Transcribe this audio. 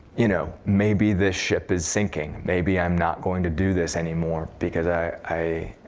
you know maybe this ship is sinking. maybe i'm not going to do this anymore, because i i